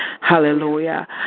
Hallelujah